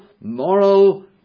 moral